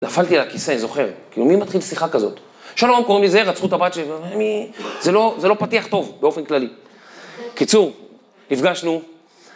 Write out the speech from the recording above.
‫נפלתי על הכיסא, אני זוכר. ‫כאילו, מי מתחיל שיחה כזאת? ‫שלום, קוראים לי זה, ‫רצחו את הבת שלי. ‫זה לא פתיח טוב באופן כללי. ‫קיצור, נפגשנו.